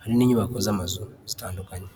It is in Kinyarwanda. hari n'inyubako z'amazu zitandukanye.